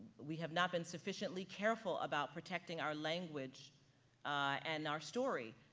we have not been sufficiently careful about protecting our language and our story.